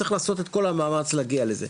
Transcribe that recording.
צריך לעשות את כל המאמץ להגיע לזה,